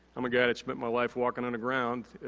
i'm a guy that spent my life walking on the ground,